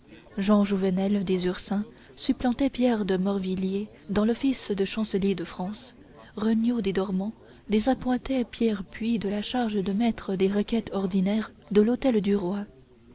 jean jouvenel des ursins supplantait pierre de morvilliers dans l'office de chancelier de france regnault des dormans désappointait pierre puy de la charge de maître des requêtes ordinaires de l'hôtel du roi